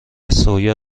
سویا